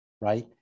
right